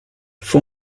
for